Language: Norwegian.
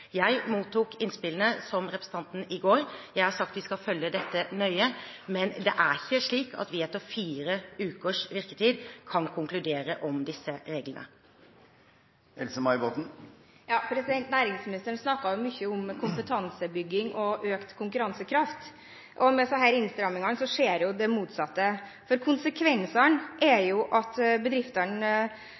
Jeg mottok innspillene – som representanten – i går. Jeg har sagt at vi skal følge dette nøye, men det er ikke slik at vi etter fire ukers virketid kan konkludere om disse reglene. Næringsministeren snakket mye om kompetansebygging og økt konkurransekraft. Med disse innstrammingene skjer jo det motsatte, for konsekvensene er jo at bedriftene